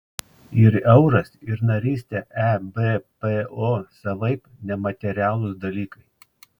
ir euras ir narystė ebpo savaip nematerialūs dalykai